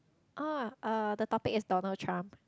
ah uh the topic is Donald-Trump